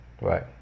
Right